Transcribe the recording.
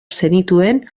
zenituen